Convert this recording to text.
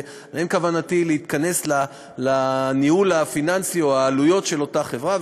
ואין בכוונתי להיכנס לניהול הפיננסי או לעלויות של אותה חברה.